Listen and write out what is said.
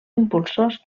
impulsors